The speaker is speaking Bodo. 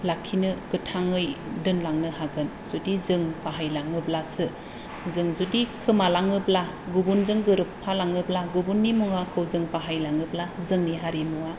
लाखिनो गोथाङै दोनलांनो हागोन जुदि जों बाहायलाङोब्लासो जों जुदि खोमालाङोब्ला गुबुनजों गोरोबफालाङोब्ला गुबुननि मुवाखौ बाहायलाङोब्ला जोंनि हारिमुवा